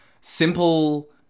simple